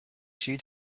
she